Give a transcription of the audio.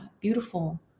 beautiful